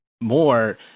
more